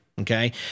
Okay